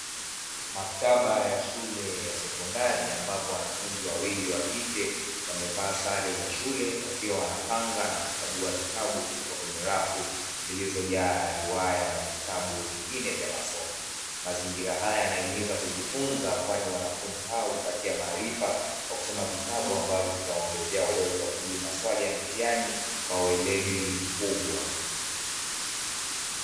Maktaba ya shule ya sekondari ambapo wanafunzi wawili wa kike, Wamevaa sare za shule wakiwa wanapanga na kuchagua vitabu kutoka kwenye rafu zilizojaa riwaya na vitabu vingine vya masomo, Mazingira haya yanahimiza kujifunza, kwani wanafunzi hawa wanajipatia maarifa kwa kusomea vitabu ambavyo vinawaongezea uwezo wa kujibu maswali ya mitihani kwa uweledi mkubwa.